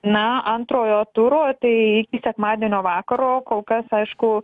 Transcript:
na antrojo turo tai iki sekmadienio vakaro kol kas aišku